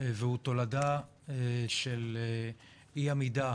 והוא תולדה של אי עמידה